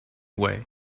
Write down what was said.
way